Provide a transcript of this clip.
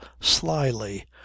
slyly